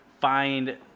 find